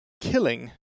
killing